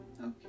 okay